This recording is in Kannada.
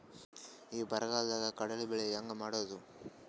ಈ ಬರಗಾಲದಾಗ ಕಡಲಿ ಬೆಳಿ ಹೆಂಗ ಮಾಡೊದು?